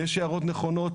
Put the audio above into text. יש הערות נכונות?